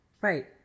Right